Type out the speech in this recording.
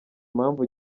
impamvu